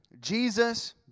Jesus